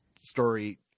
story